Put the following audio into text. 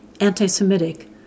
anti-Semitic